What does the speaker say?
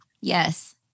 yes